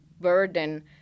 burden